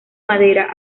madera